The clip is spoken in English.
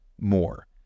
more